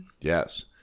Yes